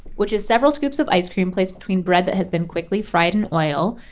which is several scoops of ice cream placed between bread that had been quickly fried in oil.